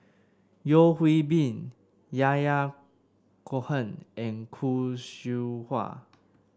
Yeo Hwee Bin Yahya Cohen and Khoo Seow Hwa